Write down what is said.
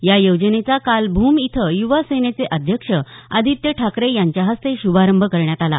या योजनेचा काल भूम इथं युवा सेनेचे अध्यक्ष आदित्य ठाकरे यांच्या हस्ते श्भारंभ करण्यात आला